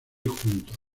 juntos